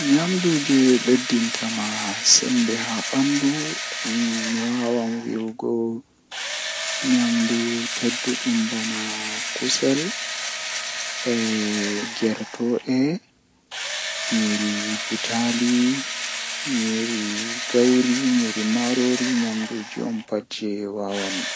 Ko buri vekugo am kam kanjum woni jahangal mi tokka yahugo wurooj feeer-feere mi fotta be himbe